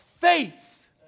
faith